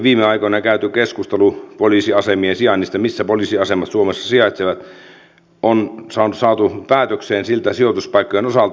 viime aikoina käyty keskustelu poliisiasemien sijainnista missä poliisiasemat suomessa sijaitsevat on saatu päätökseen sijoituspaikkojen osalta